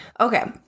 Okay